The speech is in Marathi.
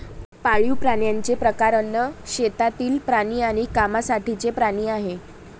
पाळीव प्राण्यांचे प्रकार अन्न, शेतातील प्राणी आणि कामासाठीचे प्राणी आहेत